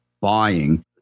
buying